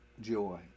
joy